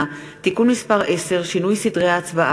(תיקון מס' 10) (שינוי סדרי ההצבעה),